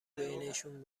بینشون